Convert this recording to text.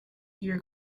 your